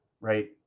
right